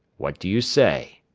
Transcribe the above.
what do you say?